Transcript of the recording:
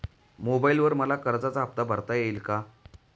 मोबाइलवर मला कर्जाचा हफ्ता भरता येईल का?